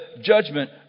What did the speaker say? judgment